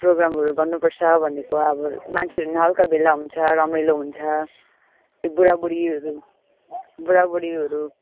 प्रोग्रामहरू गर्नुपर्छ भनेको अब मान्छेहरू नि हल्का भेला हुन्छ रमाइलो हुन्छ त्यो बुढाबुढीहरू बुढाबुढीहरू